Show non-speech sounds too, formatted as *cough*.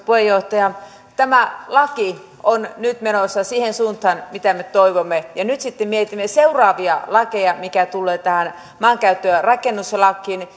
*unintelligible* puheenjohtaja tämä laki on nyt menossa siihen suuntaan mitä me toivomme ja nyt sitten mietimme seuraavia lakeja mitä tulee tähän maankäyttö ja rakennuslakiin *unintelligible*